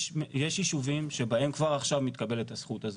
יש ישובים שבהם כבר עכשיו מתקבלת הזכות הזו.